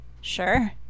Sure